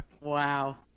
Wow